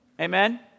Amen